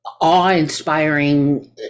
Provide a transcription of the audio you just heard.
awe-inspiring